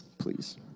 please